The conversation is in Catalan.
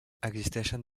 existeixen